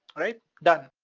alright? done.